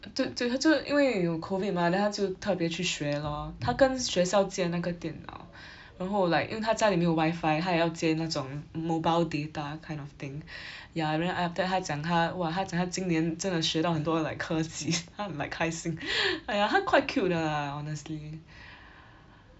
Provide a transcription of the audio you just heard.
err du~ du~ 她就是因为有 COVID mah then 她就特别去学 lor 她跟学校借那个电脑 然后 like 因为她家里没有 Wi-Fi 她还要借那种 mobile data kind of thing ya then after that 她讲她哇她讲她今年真的学到很多 like 科技 她很 like 开心 !aiya! 她 quite cute 的啦 honestly